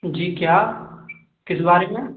जी क्या किस बारे में